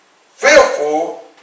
fearful